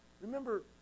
Remember